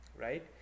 right